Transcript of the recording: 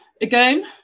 again